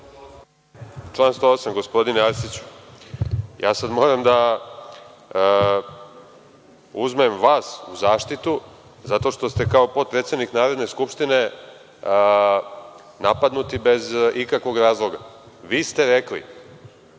Član 108, gospodine Arsiću. Ja sada moram da uzmem vas u zaštitu zato što ste kao potpredsednik Narodne skupštine napadnuti bez ikakvog razloga. Vi ste rekli